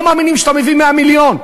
לא מאמינים שאתה מביא 100 מיליון,